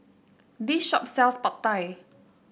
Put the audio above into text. this shop sells Pad Thai